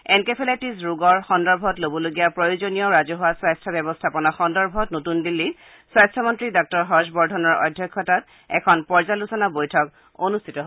encephalitis ৰোগৰ সন্দৰ্ভত ল'বলগীয়া প্ৰয়োজনীয় ৰাজহুৱা স্বাস্থ্য ব্যৱস্থাপনা সন্দৰ্ভত নতন দিল্লীত স্বাস্থ্য মন্ত্ৰী ডাঃ হৰ্ষবৰ্ধনৰ অধ্যক্ষতাত পৰ্য্যালোচনা বৈঠক অনুষ্ঠিত হয়